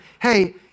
hey